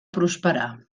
prosperar